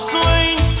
Swing